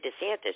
DeSantis